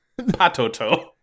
Patoto